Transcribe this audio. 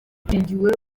hashingiwe